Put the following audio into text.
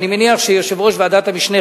אני מניח שיושב-ראש ועדת המשנה,